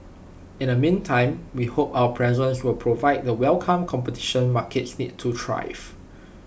in the meantime we hope our presence will provide the welcome competition markets need to thrive